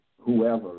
whoever